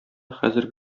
хәзерге